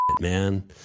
man